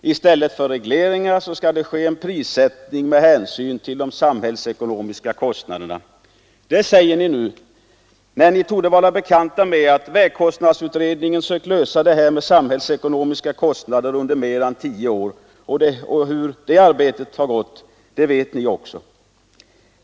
I stället för regleringar skall det bli en prissättning med hänsyn till de samhällsekonomiska kostnaderna. Detta säger ni nu, när ni torde känna till att vägkostnadsutredningen under mer än tio år har försökt lösa frågan om de samhällsekonomiska kostnaderna. Hur det arbetet har gått vet ni också.